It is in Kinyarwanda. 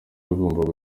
agomba